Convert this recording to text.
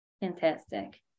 Fantastic